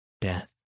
death